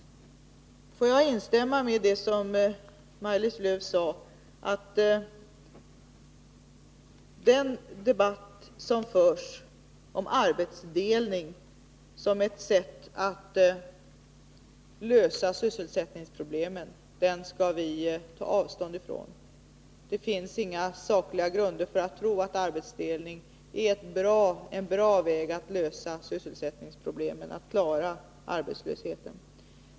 Jag vill instämma i det Maj-Lis Lööw sade om den debatt som förs om arbetsdelning som ett sätt att lösa sysselsättningsproblemen. Det argumentet skall vi ta avstånd från. Det finns inga sakliga grunder för att tro att arbetsdelning är en bra väg att lösa sysselsättningsproblemen, att klara arbetslösheten.